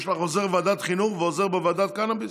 יש לך עוזר בוועדת חינוך ועוזר בוועדת קנביס,